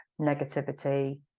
negativity